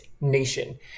Nation